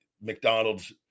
McDonald's